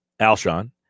Alshon